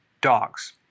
dogs